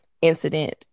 incident